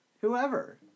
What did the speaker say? Whoever